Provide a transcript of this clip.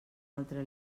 altre